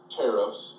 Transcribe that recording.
tariffs